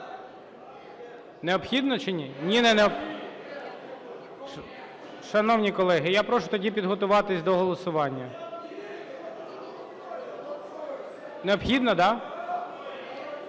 Необхідно чи ні? Ні… Шановні колеги, я прошу тоді підготуватись до голосування. Необхідно, да?